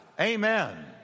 Amen